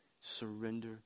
surrender